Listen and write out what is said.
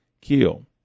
kill